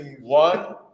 One